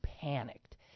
panicked